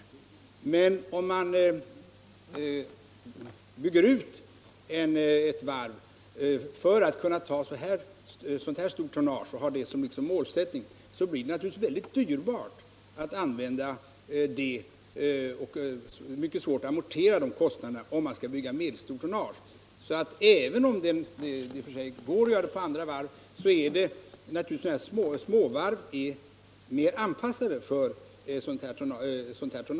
Men om man bygger ut ett varv för så stort tonnage, blir det naturligtvis mycket dyrbart att använda det — och mycket svårt att amortera kostnaderna — för att bygga medelstort tonnage. Även om det alltså i och för sig går att bygga sådant tonnage på större varv, är naturligtvis småvarven bättre anpassade härför.